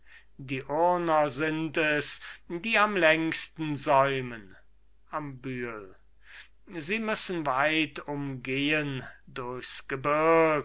die urner sind es die am längsten säumen am bühel sie müssen weit umgehen durchs gebirg